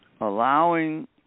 allowing